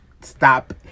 stop